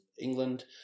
England